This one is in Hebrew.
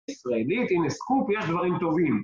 ישראלית, הנה סקופ, יש דברים טובים